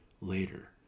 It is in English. later